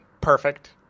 perfect